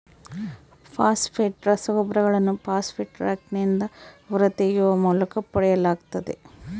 phosphate ರಸಗೊಬ್ಬರಗಳನ್ನು phosphate ರಾಕ್ನಿಂದ ಹೊರತೆಗೆಯುವ ಮೂಲಕ ಪಡೆಯಲಾಗ್ತತೆ